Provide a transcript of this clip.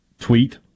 Tweet